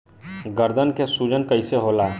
गर्दन के सूजन कईसे होला?